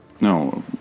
No